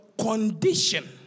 condition